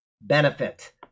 benefit